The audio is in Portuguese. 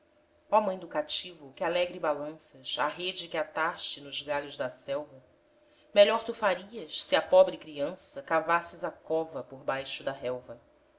ó mãe do cativo que alegre balanças a rede que ataste nos galhos da selva melhor tu farias se à pobre criança cavasses a cova por baixo da relva